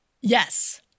Yes